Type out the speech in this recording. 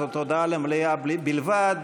זאת הודעה למליאה בלבד.